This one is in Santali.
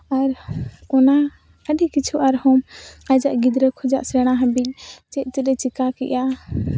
ᱟᱨ ᱚᱱᱟ ᱟᱹᱰᱤ ᱠᱤᱪᱷᱩ ᱟᱨᱦᱚᱸ ᱟᱡᱟᱜ ᱜᱤᱫᱽᱨᱟᱹ ᱠᱷᱚᱡᱟᱜ ᱥᱮᱬᱟ ᱦᱟᱹᱵᱤᱡ ᱪᱮᱫ ᱪᱮᱫ ᱮ ᱪᱤᱠᱟ ᱠᱮᱫᱼᱟ